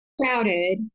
crowded